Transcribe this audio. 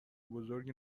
بزرگی